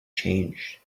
changed